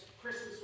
Christmas